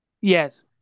Yes